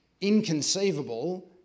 inconceivable